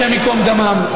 השם ייקום דמם,